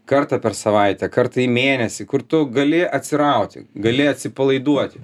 kartą per savaitę kartą į mėnesį kur tu gali atsirauti gali atsipalaiduoti